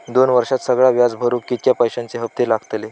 दोन वर्षात सगळा व्याज भरुक कितक्या पैश्यांचे हप्ते लागतले?